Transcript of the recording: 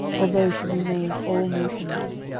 although she remained all motionless.